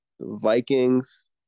Vikings